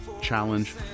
challenge